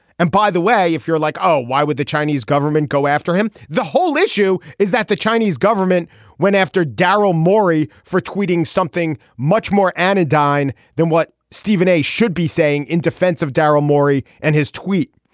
and by the way if you're like oh why would the chinese government go after him. the whole issue is that the chinese government went after darrow mori for tweeting something much more anodyne than what stephen a should be saying in defense of dara mori and his tweet.